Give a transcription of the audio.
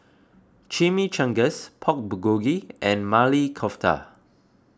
Chimichangas Pork Bulgogi and Maili Kofta